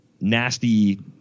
nasty